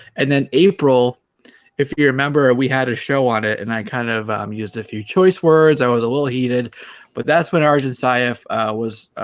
and then april if you remember we had a show on it and i kind of um used a few choice words i was a little heated but that's when our josiah was